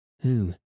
Who